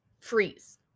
freeze